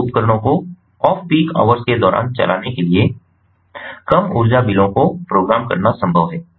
smart उपकरणों को off peak hours के दौरान चलाने के लिए कम ऊर्जा बिलों को प्रोग्राम करना संभव है